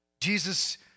Jesus